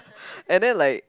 and then like